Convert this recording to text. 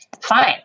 Fine